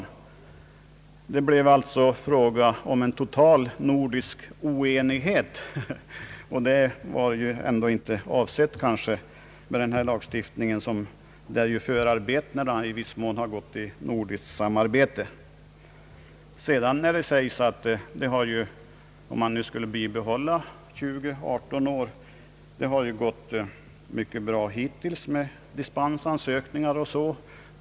Det bleve alltså fråga om en total nordisk oenighet, och det var väl ändå inte avsikten med denna lagstiftning, till vilken förarbetena i viss mån har gjorts i nordisk samverkan. I vårt land har det ju hittills gått bra med åldrarna 21 respektive 18 år — dispens har ju kunnat beviljas.